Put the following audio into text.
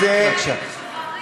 בבקשה.